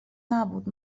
نبود